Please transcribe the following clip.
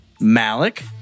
Malik